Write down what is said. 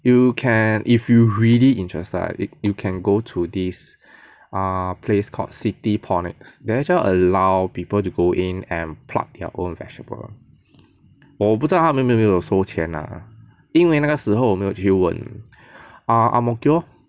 you can if you really interested you can go to this err place called Citiponics they actually allow people to go in and pluck their own vegetable 我不知道他们有没有收钱 lah 因为那个时候我没有去问 ah ang mo kio lor